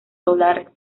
solar